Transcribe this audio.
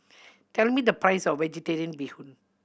tell me the price of Vegetarian Bee Hoon